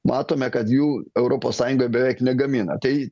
matome kad jų europos sąjunga beveik negamina tai